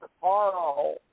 Carl